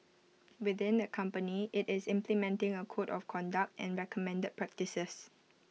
within the company IT is implementing A code of conduct and recommended practices